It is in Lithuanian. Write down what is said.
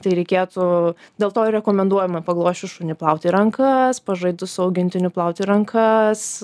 tai reikėtų dėl to rekomenduojama paglosčius šunį plauti rankas pažaidus su augintiniu plauti rankas